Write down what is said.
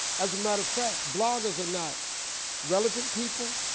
as a matter of fact, bloggers are not relevant people,